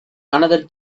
another